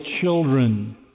children